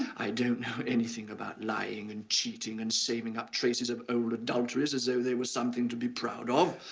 i don't know anything about lying and cheating and saving up traces of old adulteries as though there was something to be proud of.